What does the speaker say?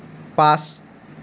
পাঁচ